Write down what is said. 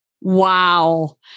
Wow